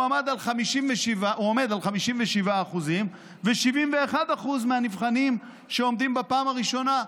הוא עומד על 57% ו-71% מהנבחנים שעומדים בפעם הראשונה.